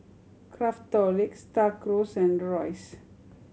Craftholic Star Cruise and Royce